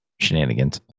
shenanigans